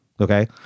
Okay